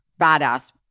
badass